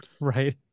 Right